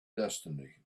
destiny